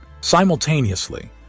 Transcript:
Simultaneously